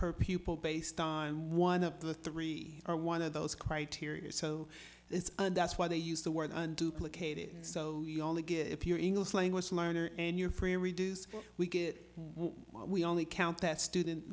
per pupil based on one of the three or one of those criteria so it's and that's why they use the word duplicated so you only get if you're english language learner and you're free or reduced we get we only count that student